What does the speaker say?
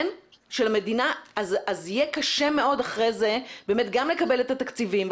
אז יהיה קשה מאוד אחרי זה באמת גם לקבל את התקציבים.